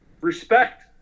respect